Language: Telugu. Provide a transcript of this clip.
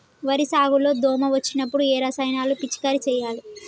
వరి సాగు లో దోమ వచ్చినప్పుడు ఏ రసాయనాలు పిచికారీ చేయాలి?